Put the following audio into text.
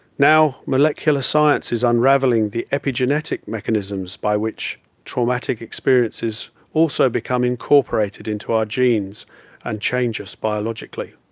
now molecular science is unraveling the epigenetic mechanisms by which traumatic experiences also become incorporated into our genes and change us biologically.